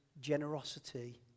generosity